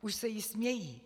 Už se jí smějí.